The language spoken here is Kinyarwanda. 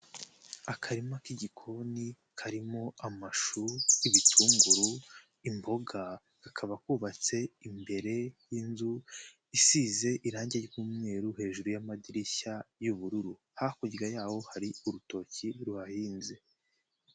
Akarima k'igikoni karimo amashu, ibitunguru, imboga. Kakaba kubabatse imbere y'inzu isize irangi ry'umweru, hejuru y'amadirishya y'ubururu. Hakurya yaho hari urutoki ruhahinze.